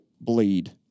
bleed